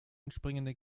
entspringende